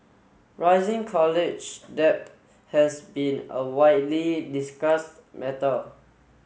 rising college debt has been a widely discussed matter